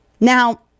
Now